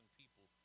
people